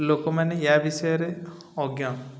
ଲୋକମାନେ ୟ ବିଷୟରେ ଅଜ୍ଞାତ